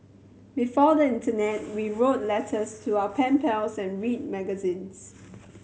before the internet we wrote letters to our pen pals and read magazines